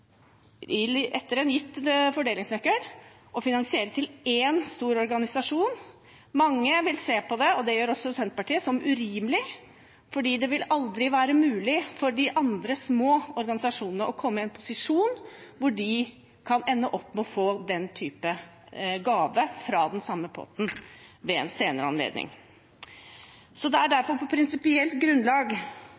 etter en gitt fordelingsnøkkel, og finansiere én stor organisasjon. Mange vil se på det – og det gjør også Senterpartiet – som urimelig, fordi det aldri vil være mulig for de andre små organisasjonene å komme i en posisjon hvor de kan ende opp med å få den typen gave fra den samme potten ved en senere anledning. Det er